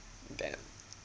damn